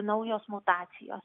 naujos mutacijos